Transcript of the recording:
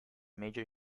major